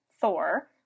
Thor